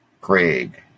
Craig